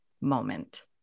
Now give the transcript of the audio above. moment